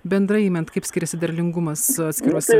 bendrai imant kaip skiriasi derlingumas atskiruose